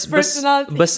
personality